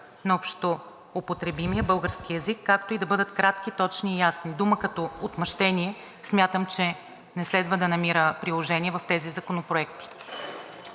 на общоупотребимия българския език, както и да бъдат кратки, точни и ясни. Думата „като отмъщение“ смятам, че не следва да намира приложение в тези законопроекти.